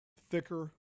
thicker